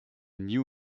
new